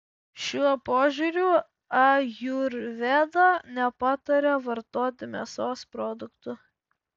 šiuo požiūriu ajurveda nepataria vartoti mėsos produktų